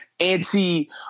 Anti